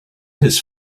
his